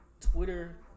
Twitter